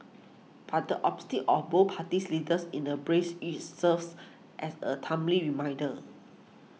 but the optics of both parties leaders in a brace each serves as a timely reminder